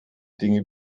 dinge